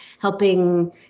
helping